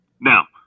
Now